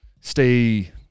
stay